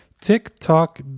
TikTok